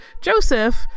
Joseph